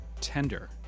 tender